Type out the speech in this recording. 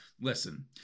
Listen